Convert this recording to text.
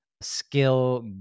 skill